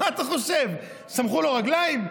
מה אתה חושב, צמחו לו רגליים?